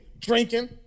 Drinking